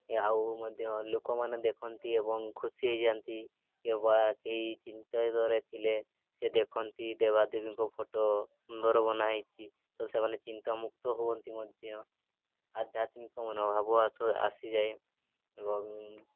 ଏ ଆଉ ମଧ୍ୟ ଲୋକମାନେ ଦେଖନ୍ତି ଏବଂ ଖୁସି ହୋଇଯାଆନ୍ତି କିମ୍ବା କେହି ଚିନ୍ତରେ ଥିଲେ ସେ ଦେଖନ୍ତି ଦେବାଦେବୀଙ୍କ ଫଟୋ ସୁନ୍ଦର ବନାହୋଇଛି ତ ସେମାନେ ଚିନ୍ତାମୁକ୍ତ ହୁଅନ୍ତି ମଧ୍ୟ ଆଧ୍ୟାତ୍ମିକ ମନୋଭାବ ଆସିଯାଏ ଏବଂ